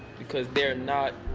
because they're not